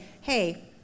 Hey